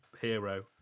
hero